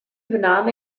übernahm